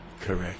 Correct